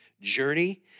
journey